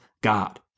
God